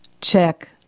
check